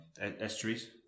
estuaries